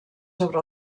sobre